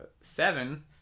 seven